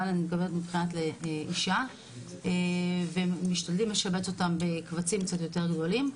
אני מתכוונת מבחינת אישה ומשתדלים לשבץ אותם בקבצים קצת יותר גדולים,